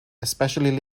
especially